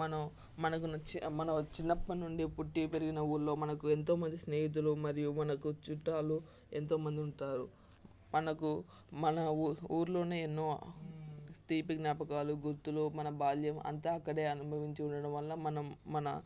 మనం మనకు నచ్చిన మనం చిన్నప్పటి నుండి పుట్టి పెరిగిన ఊరిలో మనకు ఎంతో మంది స్నేహితులు మరియు మనకు చుట్టాలు ఎంతోమంది ఉంటారు మనకు మన ఊరిలోనే ఎన్నో తీపి జ్ఞాపకాలు గుర్తులు మన బాల్యం అంతా అక్కడే అనుభవించి ఉండడం వల్ల మనం మన